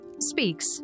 speaks